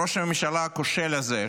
ראש הממשלה הכושל הזה,